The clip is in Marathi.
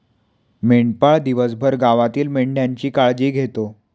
मेंढपाळ दिवसभर गावातील मेंढ्यांची काळजी घेतो